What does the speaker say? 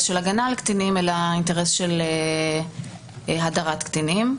של הגנה על קטינים אלא אינטרס של הדרת קטינים.